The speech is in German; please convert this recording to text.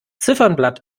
ziffernblatt